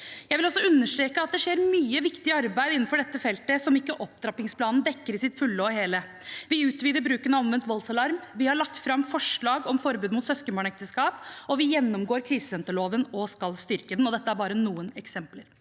Jeg vil også understreke at det skjer mye viktig arbeid innenfor dette feltet som opptrappingsplanen ikke dekker fullt og helt. Vi utvider bruken av omvendt voldsalarm, vi har lagt fram forslag om forbud mot søskenbarnekteskap, og vi gjennomgår krisesenterloven og skal styrke den. Dette er bare noen eksempler.